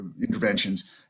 interventions